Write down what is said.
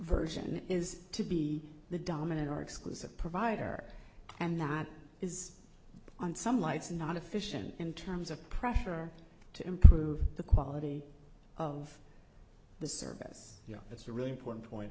version is to be the dominant or exclusive provider and that is on some lights not efficient in terms of pressure to improve the quality of the service you know that's really important point